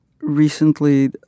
recently